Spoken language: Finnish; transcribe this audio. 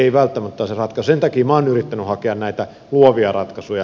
sen takia minä olen yrittänyt hakea näitä luovia ratkaisuja